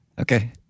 Okay